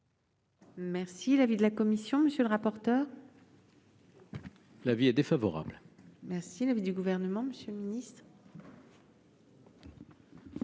Merci l'avis de la commission, monsieur le rapporteur. L'avis est défavorable, merci l'avis du gouvernement, monsieur le ministre.